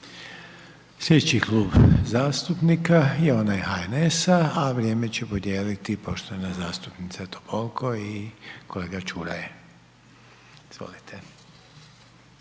Željko (HDZ)** Slijedeći Klub zastupnika je onaj HNS-a, a vrijeme će podijeliti poštovana zastupnica Topolko i kolega Čuraj, izvolite.